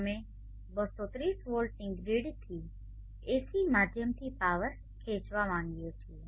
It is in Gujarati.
અમે 230 વોલ્ટની ગ્રીડથી એસી માધ્યમથી પાવર ખેંચવા માંગીએ છીએ